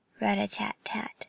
rat-a-tat-tat